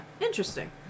Interesting